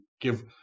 give